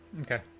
Okay